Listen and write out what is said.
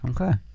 Okay